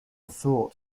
thought